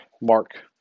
Mark